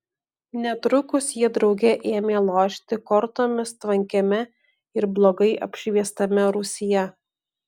netrukus jie drauge ėmė lošti kortomis tvankiame ir blogai apšviestame rūsyje